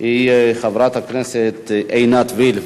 היא חברת הכנסת עינת וילף.